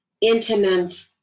intimate